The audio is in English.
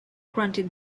granted